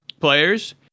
players